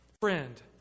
Friend